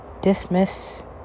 Dismiss